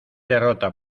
derrota